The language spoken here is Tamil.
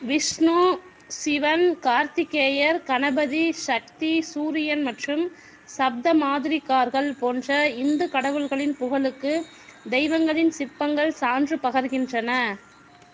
விஷ்ணு சிவன் கார்த்திகேயர் கணபதி சக்தி சூரியன் மற்றும் சப்த மாதிரிகார்கள் போன்ற இந்து கடவுள்களின் புகழுக்கு தெய்வங்களின் சிற்பங்கள் சான்று பகிர்கின்றன